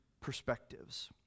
perspectives